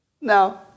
No